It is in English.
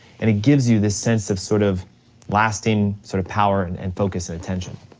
and it gives you this sense of sort of lasting sort of power and and focus and attention.